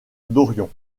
dorion